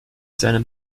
seinem